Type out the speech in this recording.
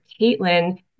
Caitlin